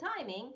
timing